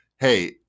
Hey